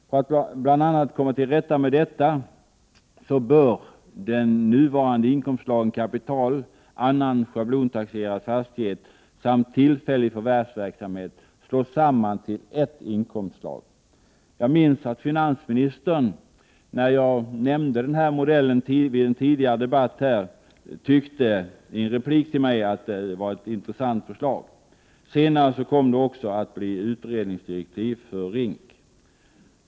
För att man bl.a. skall komma till rätta med detta bör de nuvarande inkomstslagen kapital, annan schablontaxerad fastighet samt tillfällig förvärvsverksamhet slås samman till ett inkomstslag. Jag minns att finansministern, när jag nämnde den här modellen under en tidigare debatt, i en replik till mig sade att han tyckte att det var ett intressant förslag. Senare kom det också att bli utredningsdirektiv för RINK.